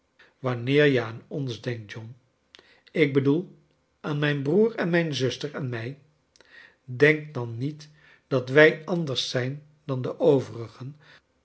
wanneer je aan ons denkt john ik bedoel aan mijn broer en mijn zuster en mij denk dan niefc dat wij anders zijn dan de overigen